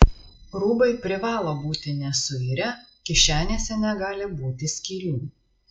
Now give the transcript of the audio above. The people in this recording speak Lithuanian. rūbai privalo būti nesuirę kišenėse negali būti skylių